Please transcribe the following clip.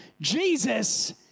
Jesus